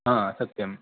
हा सत्यम्